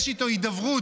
יש איתו הידברות,